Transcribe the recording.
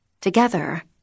together